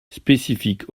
spécifique